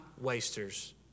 wasters